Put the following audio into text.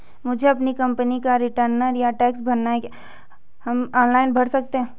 मुझे अपनी कंपनी का रिटर्न या टैक्स भरना है क्या हम ऑनलाइन भर सकते हैं?